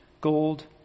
gold